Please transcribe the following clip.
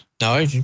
No